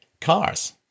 cars